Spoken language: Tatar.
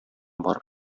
барып